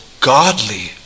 godly